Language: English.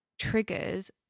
triggers